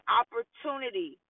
opportunity